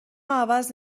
عوض